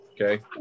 Okay